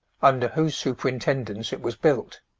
under whose superintendence it was built.